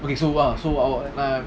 okay so well so our